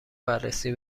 بررسی